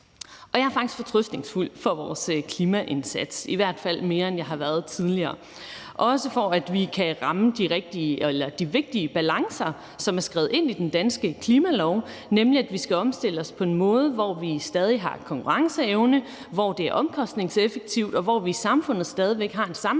Jeg er faktisk fortrøstningsfuld med hensyn til vores klimaindsats, i hvert fald mere end jeg har været tidligere, også i forhold til at vi kan ramme de vigtige balancer, som er skrevet ind i den danske klimalov, nemlig at vi skal omstille os på en måde, hvor vi stadig har konkurrenceevne, hvor det er omkostningseffektivt, og hvor vi i samfundet stadig væk har en sammenhængskraft